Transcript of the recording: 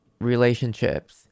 relationships